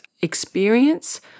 experience